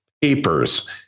papers